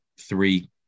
three